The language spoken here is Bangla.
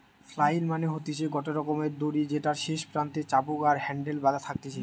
ফ্লাইল মানে হতিছে গটে রকমের দড়ি যেটার শেষ প্রান্তে চাবুক আর হ্যান্ডেল বাধা থাকতিছে